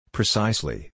Precisely